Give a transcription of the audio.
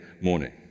morning